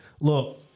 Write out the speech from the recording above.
Look